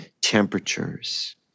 temperatures